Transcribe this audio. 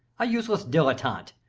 a useless dilettante.